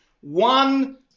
one